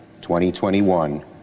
2021